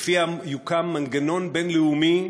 שלפיה יוקם מנגנון בין-לאומי